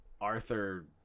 Arthur